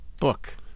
book